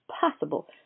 possible